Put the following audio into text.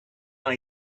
what